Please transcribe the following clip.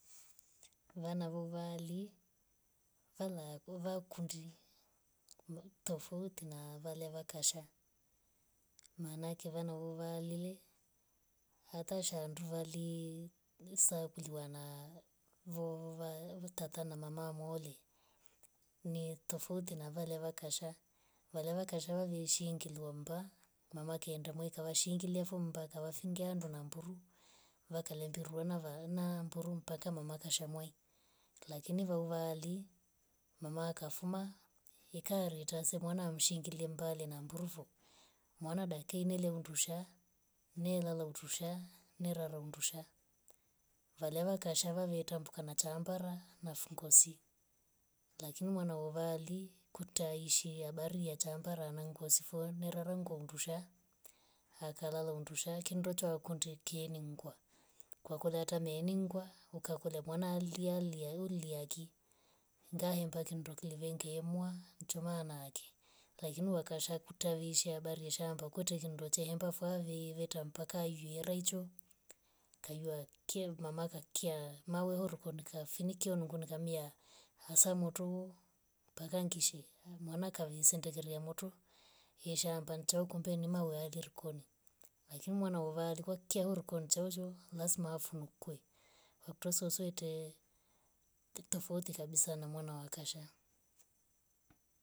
Vana vwavwali fala kuva kundi tofouti na valiya vakasha maana ake vana vavalile hatashandu valie nisa kuliwa na vo- va- vatata na mama mohe. ni tofouti na vale vakasha. vale vakasha ilishingwa mbaa mama kaenda mweka washiingilia foo mpaka wafungiua ndo na mburu. vaka le lingirwa na vana mburu mpaka mama kashamwai. lakini kwavali mama kafuma ikaeleta se mwana mshingilia na mburu vo mwana daika ingile huundusha neilala undusha. nerara undusha valewaka kashava veita mkanachambara na fungosie lakini mnwana wa uvali kutya ishi habari ya chambara na nangwosifoni nerara hundungusha. akalala undusha kindokchya wakundi kieningwa kwakula atamieningwua ukakula mwana alilia liagi ngahemba kindok lee vengemwa chumanake. lakini wakasha kutavishia habari ya shamba kwetye findo chemba favihi vetye mpaka viaricho kajua kyue mamaka kiya mawe horikoni kafunikia nungunikamia hasa moto mpaka ngishe maana ndekeria motu isha mbangchao kumbe ni mau riari koni lakini mwana uvali kwa kiya hurikoni chounjo lazima afunukwe wakto sweswete tofouti kabisa na mwana wa kasha.